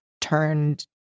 turned